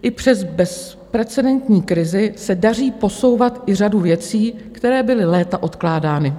I přes bezprecedentní krizi se daří posouvat i řadu věcí, které byly léta odkládány.